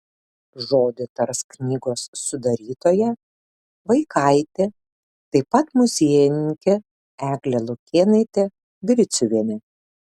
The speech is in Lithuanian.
žodį tars knygos sudarytoja vaikaitė taip pat muziejininkė eglė lukėnaitė griciuvienė